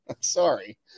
Sorry